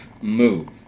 move